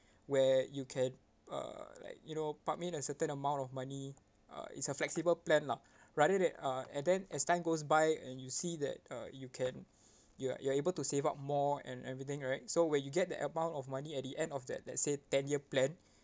where you can uh like you know pump in a certain amount of money uh it's a flexible plan lah rather than uh and then as time goes by and you see that uh you can you are you are able to save up more and everything right so when you get the amount of money at the end of that let's say ten year plan